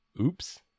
Oops